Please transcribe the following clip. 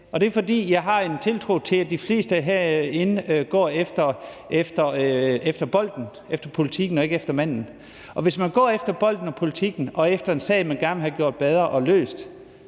og det er, fordi jeg har en tiltro til, at de fleste herinde går efter bolden, efter politikken, og ikke efter manden, og hvis man går efter bolden og politikken og det er en sag, man gerne vil have gjort noget ved og løst